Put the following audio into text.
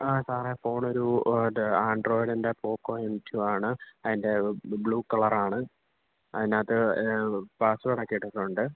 ആ സാറേ ഫോണ് ഒരു മറ്റേ ആൺട്രോയിഡിൻ്റെ പോക്കോ എം റ്റു ആണ് അതിൻ്റെ ബ്ലു കളർ ആണ് അതിനകത്ത് പാസ്വേഡ് ഒക്കെ ഇട്ടിട്ടുണ്ട്